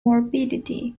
morbidity